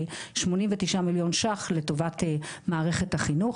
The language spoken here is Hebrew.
89 מיליון שקל לטובת מערכת החינוך,